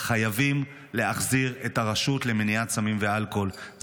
חייבים להחזיר את הרשות למניעת סמים ואלכוהול,